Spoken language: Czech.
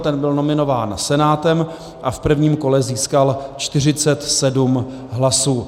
Ten byl nominován Senátem a v prvním kole získal 47 hlasů.